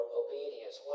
obedience